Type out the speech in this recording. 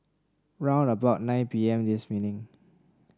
round about nine P M this evening